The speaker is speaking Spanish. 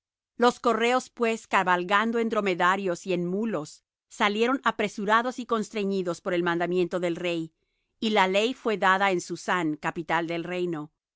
los correos pues cabalgando en dromedarios y en mulos salieron apresurados y constreñidos por el mandamiento del rey y la ley fué dada en susán capital del reino y